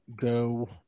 go